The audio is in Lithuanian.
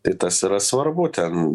tai tas yra svarbu ten